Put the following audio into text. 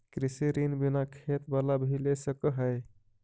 कृषि ऋण बिना खेत बाला भी ले सक है?